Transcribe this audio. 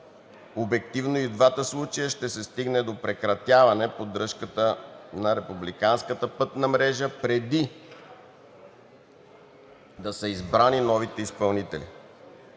Обективно и в двата случая ще се стигне до прекратяване на поддържката на републиканската пътна мрежа, преди да са избрани новите изпълнители